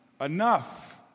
enough